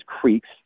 creeks